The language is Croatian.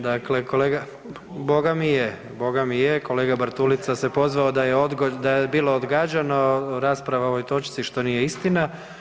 Dakle, kolega, Boga mi je, Boga mi je, kolega Bartulica se pozvao da je bilo odgađano rasprava o ovoj točci što nije istina.